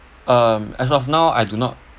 um as of now I do not